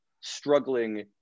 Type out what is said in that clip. struggling